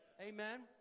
Amen